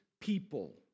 people